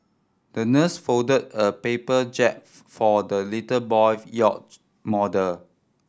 the nurse folded a paper jib for the little boy's yacht model